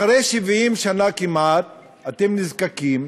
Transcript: אחרי 70 שנה כמעט אתם נזקקים